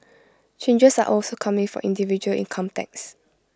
changes are also coming for individual income tax